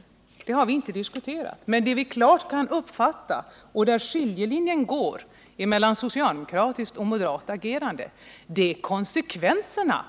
Den rätten har vi inte ifrågasatt. Men vad vi klart vill ta upp till debatt — och där går skiljelinjen mellan socialdemokratiskt och moderat agerande — är konsekvenserna